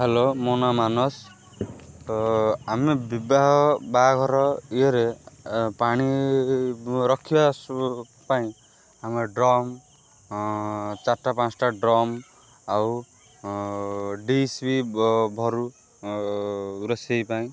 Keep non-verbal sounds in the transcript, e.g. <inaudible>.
hello ମୋ ନାଁ ମାନସ ତ ଆମେ ବିବାହ ବାହାଘର ଇଏରେ ପାଣି ରଖିବା <unintelligible> ପାଇଁ ଆମେ ଡ୍ରମ୍ ଚାରିଟା ପାଞ୍ଚଟା ଡ୍ରମ୍ ଆଉ ଡିସ୍ ବି ଭରୁ ରୋଷେଇ ପାଇଁ